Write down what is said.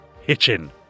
Hitchin